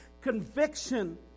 conviction